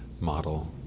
model